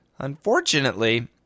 Unfortunately